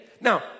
Now